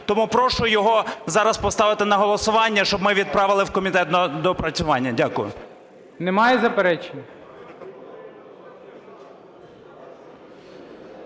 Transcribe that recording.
Тому прошу його зараз поставити на голосування, щоб ми відправили в комітет на доопрацювання. Дякую. ГОЛОВУЮЧИЙ. Немає заперечень?